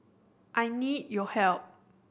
I need your help